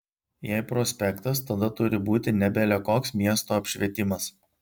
jei prospektas tada turi būt ne bele koks miesto apšvietimas